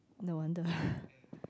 no wonder